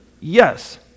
Yes